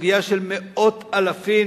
בסוגיה של מאות אלפים,